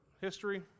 history